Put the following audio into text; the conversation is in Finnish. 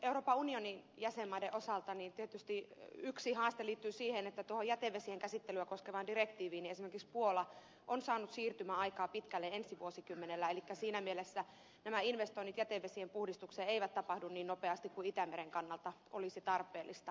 euroopan unionin jäsenmaiden osalta tietysti yksi haaste liittyy siihen että tuohon jätevesien käsittelyä koskevaan direktiiviin esimerkiksi puola on saanut siirtymäaikaa pitkälle ensi vuosikymmenelle elikkä siinä mielessä nämä investoinnit jätevesien puhdistukseen eivät tapahdu niin nopeasti kuin itämeren kannalta olisi tarpeellista